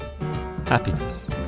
happiness